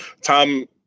Tom